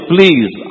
Please